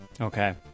Okay